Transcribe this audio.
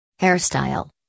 Hairstyle